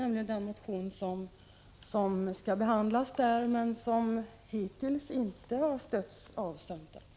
Det är en motion som hittills inte har stötts av centern.